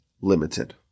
limited